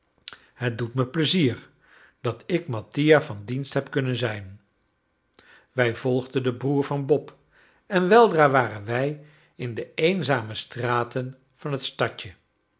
het doet me plezier dat ik mattia van dienst heb kunnen zijn wij volgden den broer van bob en weldra waren wij in de eenzame straten van het stadje